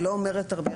היא לא אומרת הרבה,